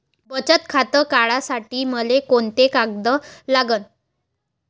बचत खातं काढासाठी मले कोंते कागद लागन?